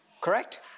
Correct